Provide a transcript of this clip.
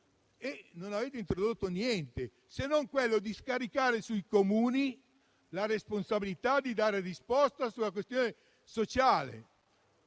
non avete introdotto niente, scaricando sui Comuni la responsabilità di dare risposta sulla questione sociale,